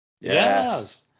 yes